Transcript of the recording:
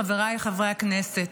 חבריי חברי הכנסת,